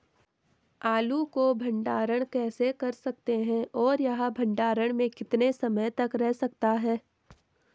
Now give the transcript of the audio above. आलू को भंडारण कैसे कर सकते हैं और यह भंडारण में कितने समय तक रह सकता है?